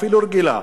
אפילו רגילה,